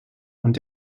und